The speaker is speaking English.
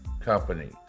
company